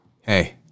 Hey